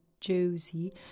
Josie